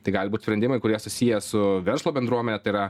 tai gali būt sprendimai kurie susiję su verslo bendruomene tai yra